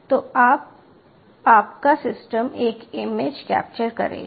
तो आपका सिस्टम एक इमेज कैप्चर करेगा